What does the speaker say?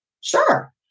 Sure